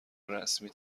رسمی